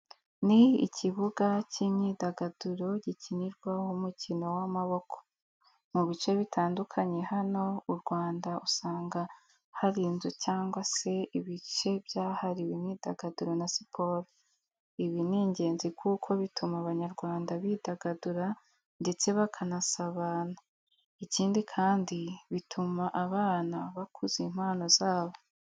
Ni ikibuga cy'imyidagaduro gikinirwaho umukino w'amaboko. Mu bice bitandukanye hano u Rwanda usanga hari inzu cyangwa se ibice byahariwe imyidagaduro na siporo. Ibi ni ingezi kuko bituma Abanyarwanda bidagadura ndetse bakanasabana. Ikindi kandi, bituma abana bakuza impano zabo.